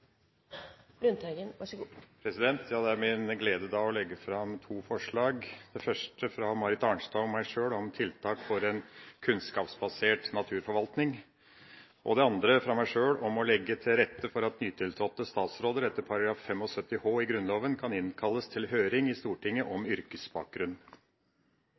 Lundteigen vil framsette to representantforslag. Det er en glede å legge fram to forslag, det første fra Marit Arnstad og meg sjøl om tiltak for en kunnskapsbasert naturforvaltning, og det andre fra meg sjøl om å legge til rette for at nytiltrådte statsråder etter § 75 h i Grunnloven kan innkalles til høring i Stortinget